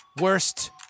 worst